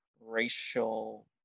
racial